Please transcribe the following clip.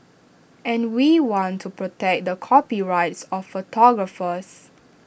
and we want to protect the copyrights of photographers